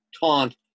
taunt